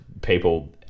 people